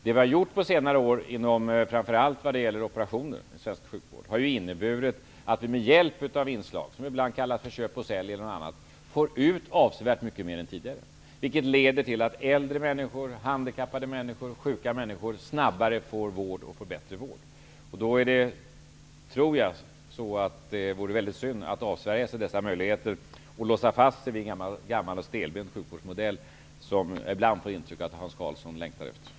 På senare år har vi inom svensk sjukvård, framför allt när det gäller operationer, med hjälp av inslag som ibland kallas ''köp-och-sälj'' fått ut avsevärt mycket mer än tidigare. Det leder till att äldre, handikappade och sjuka människor snabbare får bättre vård. Det är synd att avsvärja sig dessa möjligheter och låsa sig fast vid en gammal och stelbent sjukvårdsmodell, vilket jag ibland får intryck av att Hans Karlsson längtar efter att göra.